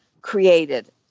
created